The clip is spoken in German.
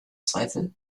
zweifel